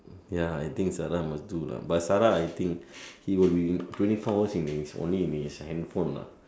ya I think Sara must do lah but Sara I think he will be twenty four hours only be in his handphone lah